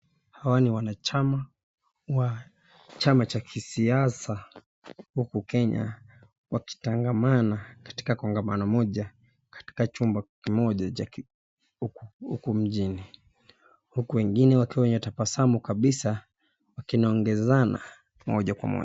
Hawa ni wanachama wa chama cha kisiasa huku Kenya wakitagamana katika kongamano moja katika chumba moja huku mjini uku wengine wakiwa wenye tabasamu kabisa wakinogonezana moja kwa moja.